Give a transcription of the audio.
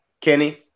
Kenny